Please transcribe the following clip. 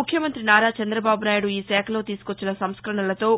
ముఖ్యమంతి నారా చంద్రబాబు నాయుడు ఈ శాఖలో తీసుకొచ్చిన సంస్కరణలతో